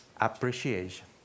appreciation